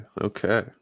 okay